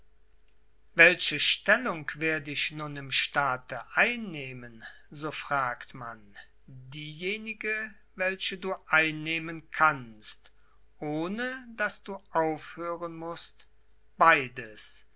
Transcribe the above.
welche stellung werde ich nun im staate einnehmen so fragt man diejenige welche du einnehmen kannst ohne daß du aufhören mußt beides